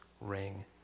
ring